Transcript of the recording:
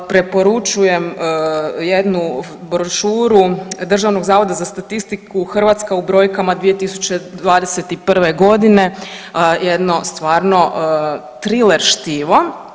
Preporučujem jednu brošuru Državnog zavoda za statistiku, Hrvatska u brojkama 2021. g., jedno stvarno triler štivo.